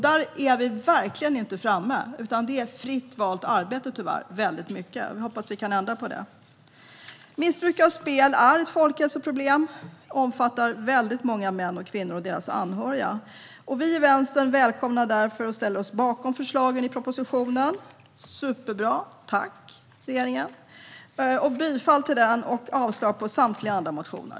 Där är vi verkligen inte framme, utan det är tyvärr väldigt mycket fritt valt arbete. Jag hoppas att vi kan ändra på det. Missbruk av spel är ett folkhälsoproblem och omfattar väldigt många män och kvinnor och deras anhöriga. Vi i Vänstern välkomnar därför och ställer oss bakom förslagen i propositionen. Det är superbra. Tack, regeringen! Jag yrkar bifall till den och avslag på samtliga motioner.